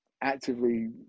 actively